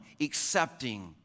accepting